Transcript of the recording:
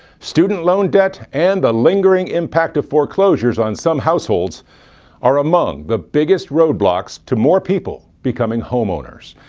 student loan debt, and lingering impact of foreclosures on some households are among the biggest roadblocks to more people becoming homeowners.